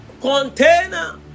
container